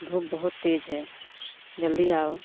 धूप बहुत तेज़ है जल्दी आओ